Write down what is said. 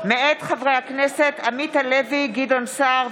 מאת חברת הכנסת אוסנת הילה מארק,